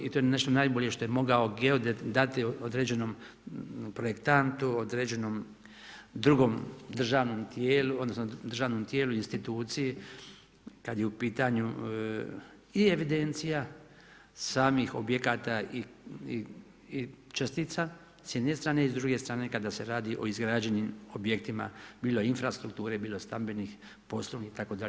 I to je nešto najbolje što je mogao geodet dati određenom projektantu, određenom drugom državnom tijelu, odnosno, državnom tijelu, instituciju, kada je u pitanju i evidencija samih objekata i čestica s jedne strane, s druge strane kada se radi o izgrađenim objektima, bilo infrastrukture, bilo stambenih, poslovnih itd.